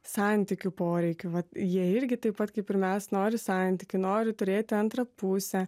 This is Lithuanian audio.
santykių poreikiu vat jie irgi taip pat kaip ir mes nori santykių nori turėti antrą pusę